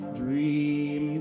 dream